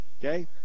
Okay